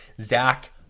Zach